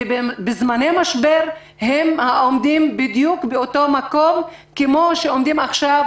בזמני משבר הם עומדים בדיוק באותו מקום שבו עומדים עכשיו